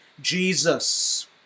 Jesus